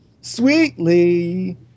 sweetly